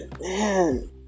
man